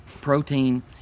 protein